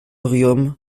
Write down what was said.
riom